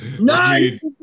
Nice